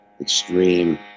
extreme